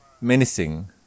menacing